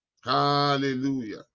Hallelujah